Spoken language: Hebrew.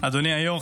אדוני היו"ר,